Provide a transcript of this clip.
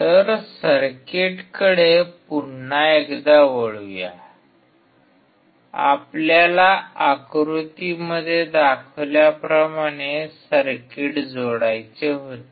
तर सर्किटकडे पुन्हा एकदा वळूया आपल्याला आकृतीमध्ये दाखवल्याप्रमाणे सर्किट जोडायचे होते